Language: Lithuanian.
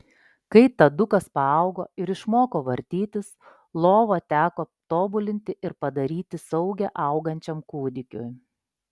kai tadukas paaugo ir išmoko vartytis lovą teko tobulinti ir padaryti saugią augančiam kūdikiui